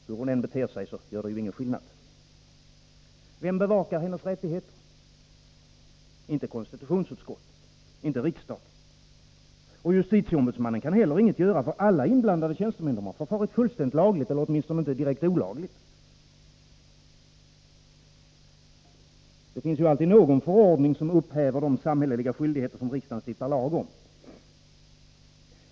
Hur hon än beter sig gör det ju ingen skillnad. Vem bevakar hennes rättigheter? Inte gör konstitutionsutskottet det och inte heller riksdagen. Och justitieombudsmannen kan inget göra. Alla inblandade tjänstemän har förfarit fullständigt lagligt eller åtminstone inte direkt olagligt. Det finns ju alltid någon förordning som upphäver de samhälleliga skyldigheter som riksdagen stiftar lag om.